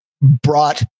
brought